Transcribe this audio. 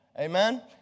Amen